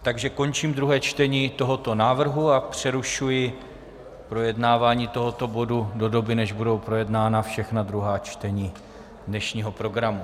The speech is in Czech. Takže končím druhé čtení tohoto návrhu a přerušuji projednávání tohoto bodu do doby, než budou projednána všechna druhá čtení dnešního programu.